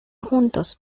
juntos